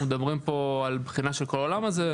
מדברים פה על בחינה של כל העולם הזה.